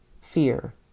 fear